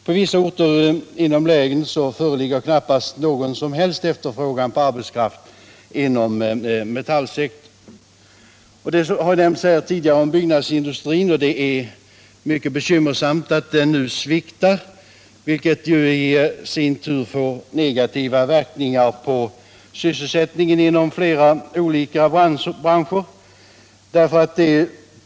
På vissa orter inom länet föreligger knappast någon som helst efterfrågan på arbetskraft inom metallsektorn. Byggnadsindustrin sviktar, vilket i sin tur får negativa verkningar på sysselsättningen inom flera olika branscher.